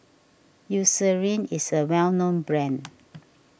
Eucerin is a well known brand